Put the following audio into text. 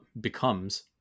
becomes